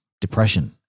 depression